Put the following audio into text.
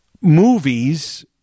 Movies